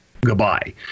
goodbye